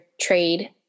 trade